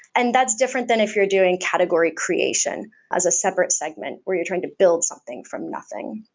and that's different than if you're doing category creation as a separate segment where you're trying to build something from nothing.